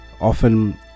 Often